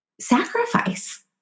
sacrifice